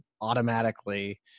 automatically